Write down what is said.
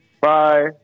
Bye